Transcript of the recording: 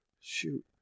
shoot